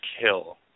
kill